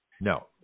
No